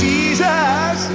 Jesus